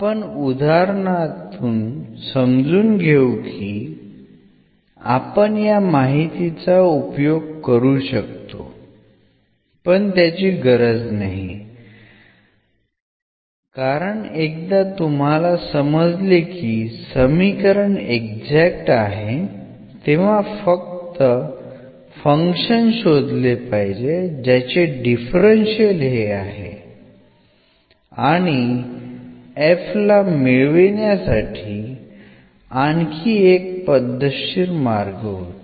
आपण उदाहरणातून समजून घेऊ की आपण या माहितीचा उपयोग करू शकतोपण त्याची गरज नाही कारण एकदा तुम्हाला समजले की समीकरण एक्झॅक्ट आहे तेव्हा फक्त फंक्शन शोधले पाहिजे ज्याचे डिफरन्शियल हे आहे आणि f ला मिवण्यासाठी आणखी एक पद्धतशीर मार्ग होता